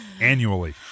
Annually